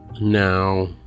now